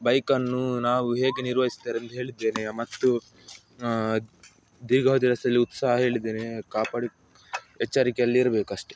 ಬೈಕನ್ನು ನಾವು ಹೇಗೆ ನಿರ್ವಹಿಸುತ್ತಾರೆಂದು ಹೇಳಿದ್ದೇನೆ ಮತ್ತು ದೀರ್ಘಾವಧಿಯ ರಸ್ತೆಯಲ್ಲಿ ಉತ್ಸಾಹ ಹೇಳಿದ್ದೇನೆ ಕಾಪಾಡಿ ಎಚ್ಚರಿಕೆಯಲ್ಲಿರಬೇಕು ಅಷ್ಟೆ